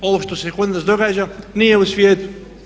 Ovo što se kod nas događa nije u svijetu.